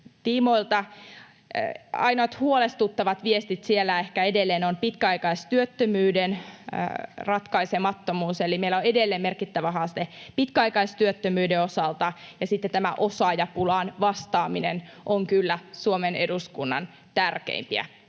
tiimoilta. Ainoat huolestuttavat viestit siellä ehkä edelleen ovat pitkäai-kaistyöttömyyden ratkaisemattomuus, eli meillä on edelleen merkittävä haaste pitkäaikaistyöttömyyden osalta, ja sitten tämä osaajapulaan vastaaminen on kyllä Suomen eduskunnan tärkeimpiä